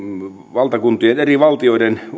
eri valtioiden